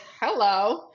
Hello